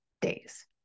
days